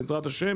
בעזרת ה',